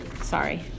Sorry